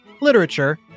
literature